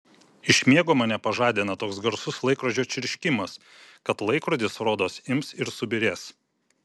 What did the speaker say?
iš miego mane pažadina toks garsus laikrodžio čirškimas kad laikrodis rodos ims ir subyrės